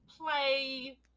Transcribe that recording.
play